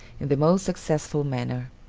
in the most successful manner.